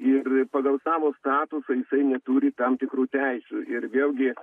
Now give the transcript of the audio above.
ir pagal savo statusą jisai neturi tam tikrų teisių ir vėlgi